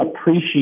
appreciate